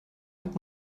hat